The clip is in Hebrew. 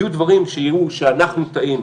יהיו דברים שייראו שאנחנו טעינו